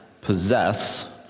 possess